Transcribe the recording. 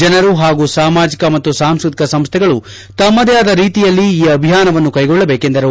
ಜನರು ಹಾಗೂ ಸಾಮಾಜಿಕ ಮತ್ತು ಸಾಂಸ್ತ್ರತಿಕ ಸಂಸ್ಟೆಗಳು ತಮ್ದೇ ಆದ ರೀತಿಯಲ್ಲಿ ಈ ಅಭಿಯಾನವನ್ನು ಕೈಗೊಳ್ಳಬೇಕೆಂದರು